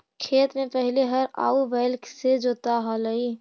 खेत में पहिले हर आउ बैल से जोताऽ हलई